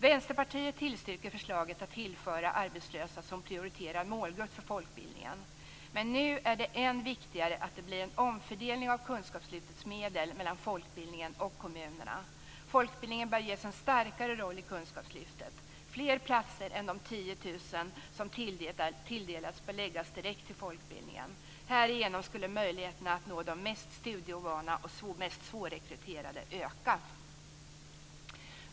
Vänsterpartiet tillstyrker förslaget att tillföra arbetslösa som prioriterad målgrupp för folkbildningen, men nu är det än viktigare att det blir en omfördelning av kunskapslyftets medel mellan folkbildningen och kommunerna. Folkbildningen bör ges en starkare roll i kunskapslyftet. Fler platser än de 10 000 som tilldelats bör förläggas direkt till folkbildningen. Härigenom skulle möjligheten att nå de mest studieovana och svårrekryterade öka.